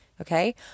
okay